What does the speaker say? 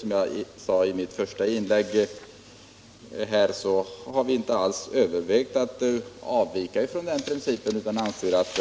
Som jag sade i mitt första inlägg har vi inte alls övervägt att avvika från den principen utan anser att